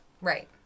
right